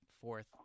fourth